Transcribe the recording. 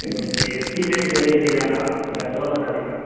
சரி ஓகே தீவெல்லாம் ஏதாவது வெளியே போயிருக்காங்களா இல்லை டோரெல்லாம் சாத்தியிருக்கா